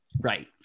Right